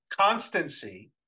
constancy